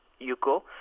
Yuko